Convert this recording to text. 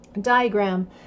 diagram